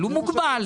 מוגבל.